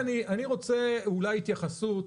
אני רוצה התייחסות,